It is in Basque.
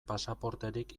pasaporterik